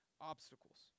obstacles